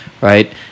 right